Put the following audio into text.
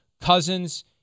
Cousins